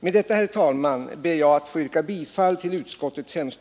Med detta, herr talman, ber jag att få yrka bifall till utskottets